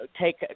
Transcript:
take